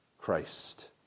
Christ